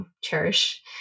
cherish